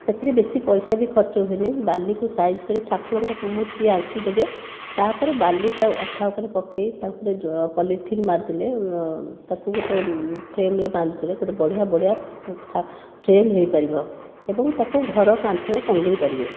ସେଥିରେ ବେଶୀ ପଇସା ବି ଖର୍ଚ୍ଚ ହୁଏନି ବାଲିକୁ ସାଇଜ୍ କରି ଠାକୁରଙ୍କ ମୂର୍ତ୍ତି ଆଙ୍କିଦେବେ ତାପରେ ବାଲି ତା ଅଠା ଉପରେ ପକେଇ ତାପରେ ଯେଉଁ ପଲିଥିନ୍ ମାରିଦେଲେ ତାକୁ ଗୋଟିଏ ଫ୍ରେମ୍ରେ ବାନ୍ଧିଦେଲେ ଗୋଟିଏ ବଢ଼ିଆ ବଢ଼ିଆ ଫ୍ରେମ୍ ହୋଇପାରିବ ଏବଂ ତାକୁ ଘର କାନ୍ଥରେ ଟଙ୍ଗେଇ ପାରିବେ